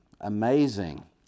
amazing